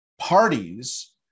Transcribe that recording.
parties